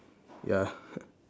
ya